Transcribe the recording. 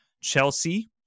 Chelsea